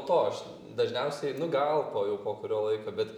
to aš dažniausiai nu gal po jau po kurio laiko bet